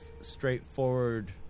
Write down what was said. straightforward